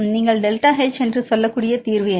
நீங்கள் delta H என்று சொல்லக்கூடிய தீர்வு என்ன